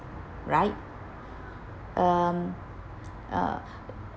right um uh